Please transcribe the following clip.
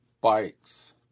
bikes